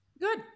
Good